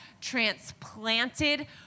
transplanted